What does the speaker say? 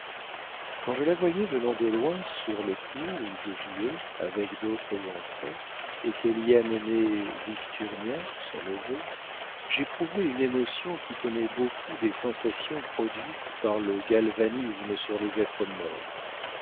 quand je la voyais venant de loin sur le cours où je jouais avec d'autres enfants et qu'elle y amenait victurnien son neveu j'éprouvais une émotion qui tenait beaucoup des sensations produites par le galvanisme sur les êtres morts